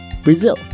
Brazil